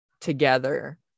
together